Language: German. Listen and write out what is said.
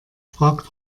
fragt